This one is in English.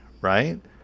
right